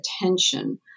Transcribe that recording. attention